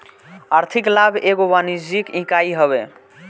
आर्थिक लाभ एगो वाणिज्यिक इकाई हवे